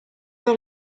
all